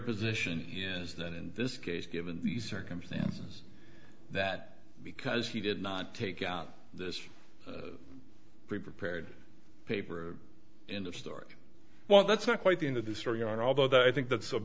position is that in this case given the circumstances that because he did not take out this pre prepared paper in the story well that's not quite the end of the story on although i think that's a